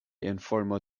informo